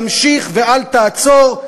תמשיך ואל תעצור,